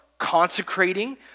consecrating